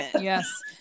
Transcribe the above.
Yes